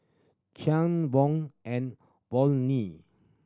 Von and Volney